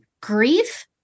grief